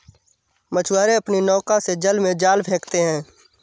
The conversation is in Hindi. मछुआरे अपनी नौका से जल में जाल फेंकते हैं